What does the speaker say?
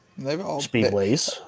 speedways